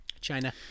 China